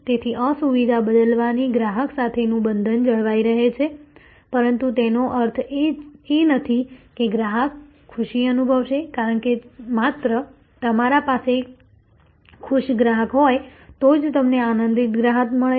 તેથી અસુવિધા બદલવાથી ગ્રાહક સાથેનું બંધન જળવાઈ રહે છે પરંતુ તેનો અર્થ એ નથી કે ગ્રાહક ખુશી અનુભવશે કારણ કે માત્ર તમારી પાસે ખુશ ગ્રાહક હોય તો જ તમને આનંદિત ગ્રાહક મળે